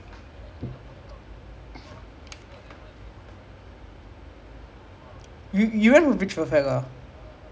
actually the world cup feels so far away like you know you remember pitch perfect like it feels so far away but it's only like இரண்டு வருஷம்:rendu varusham